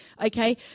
okay